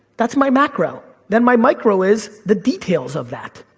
that's my macro. then my micro is the details of that.